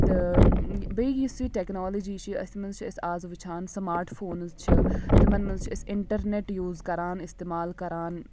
تہٕ بیٚیہِ یُس یہِ ٹٮ۪کنالجی چھِ أتھۍ منٛز چھِ أسۍ آز وٕچھان سماٹ فونٕز چھِ تِمَن منٛز چھِ أسۍ اِنٹَرنٮ۪ٹ یوٗز کَران استعمال کَران